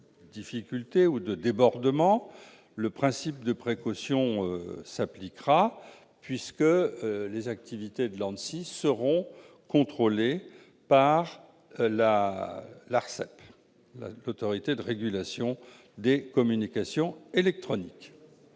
et les débordements, le principe de précaution s'appliquera, puisque les activités de l'ANSSI seront contrôlées par l'Autorité de régulation des communications électroniques